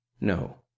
No